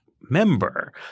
member